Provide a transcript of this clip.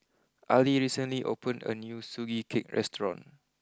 Ali recently opened a new Sugee Cake restaurant